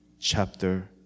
chapter